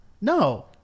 No